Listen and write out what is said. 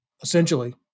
essentially